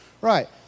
Right